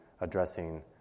addressing